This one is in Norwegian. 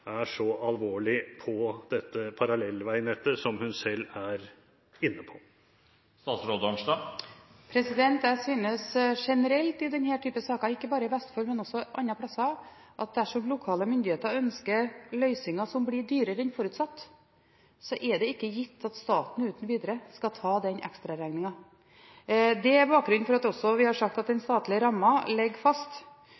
er så alvorlig, som hun selv er inne på? Jeg synes generelt i denne typen saker, ikke bare i Vestfold, men også andre steder, at dersom lokale myndigheter ønsker løsninger som blir dyrere enn forutsatt, er det ikke gitt at staten uten videre skal ta den ekstraregningen. Det er bakgrunnen for at vi også har sagt at den